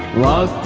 la